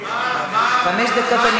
תני לו עוד חמש דקות.